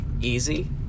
easy